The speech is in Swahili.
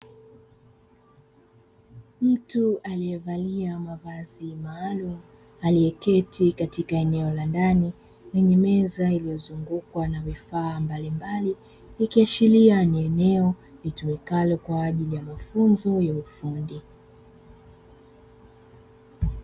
Mtu aliyevalia mavazi maalumu, aliyeketi eneo la ndani lenye meza iliyozungukwa na vifaa mbalimbali. Ikiashiria ni eneo litumikalo kwa ajili ya mafunzo ya ufundi.